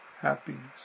happiness